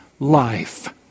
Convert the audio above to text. life